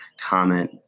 comment